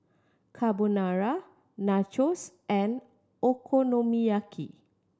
Carbonara Nachos and Okonomiyaki